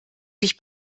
dich